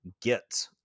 get